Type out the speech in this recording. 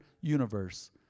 universe